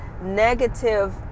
negative